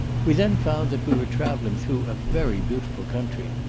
we then found that we were travelling through a very beautiful country,